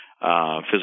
physical